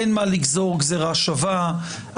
אין מה לגזור גזירה שווה.